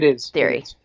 theory